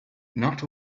not